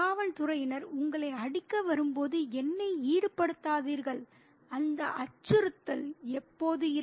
காவல்துறையினர் உங்களை அடிக்க வரும் போது என்னை ஈடுபடுத்தாதீர்கள் அந்த அச்சுறுத்தல் எப்போதும் இருக்கும்